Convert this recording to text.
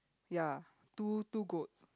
ya two two goats